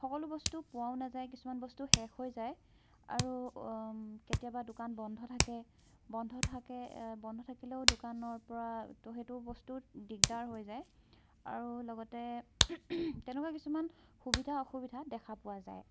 সকলো বস্তু পোৱাও নাযায় কিছুমান বস্তু শেষ হৈ যায় আৰু কেতিয়াবা দোকান বন্ধ থাকে বন্ধ থাকে বন্ধ থাকিলেও দোকানৰ পৰা তো সেইটো বস্তুত দিগদাৰ হৈ যায় আৰু লগতে তেনেকুৱা কিছুমান সুবিধা অসুবিধা দেখা পোৱা যায়